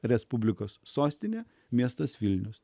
respublikos sostinė miestas vilnius